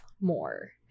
more